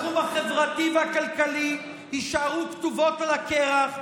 וכל הבטחותיו בתחום החברתי והכלכלי יישארו כתובות על הקרח,